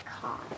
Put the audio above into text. car